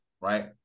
Right